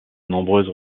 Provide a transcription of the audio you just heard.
nombreuses